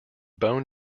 bone